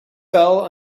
fell